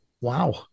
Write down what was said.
wow